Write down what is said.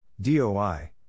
DOI